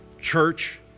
church